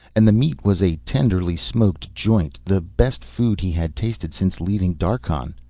and the meat was a tenderly smoked joint, the best food he had tasted since leaving darkhan.